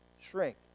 shrink